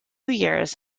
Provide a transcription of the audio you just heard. years